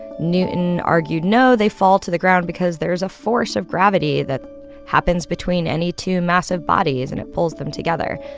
newton argued, no, they fall to the ground because there is a force of gravity that happens between any two massive bodies, and it pulls them together.